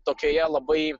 tokioje labai